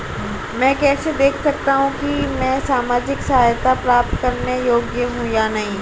मैं कैसे देख सकता हूं कि मैं सामाजिक सहायता प्राप्त करने योग्य हूं या नहीं?